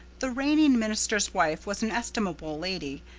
the reigning minister's wife was an estimable lady,